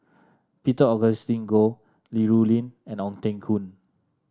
Peter Augustine Goh Li Rulin and Ong Teng Koon